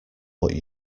what